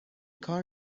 کار